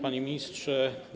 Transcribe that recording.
Panie Ministrze!